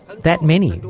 that many!